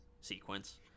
sequence